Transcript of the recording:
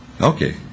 Okay